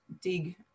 dig